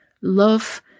love